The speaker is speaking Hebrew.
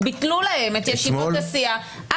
אז ביטלו להם את ישיבת הסיעה.